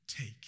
take